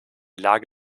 lage